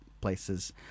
places